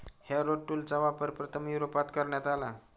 Harrow टूलचा वापर प्रथम युरोपात करण्यात आला